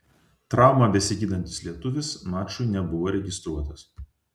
traumą besigydantis lietuvis mačui nebuvo registruotas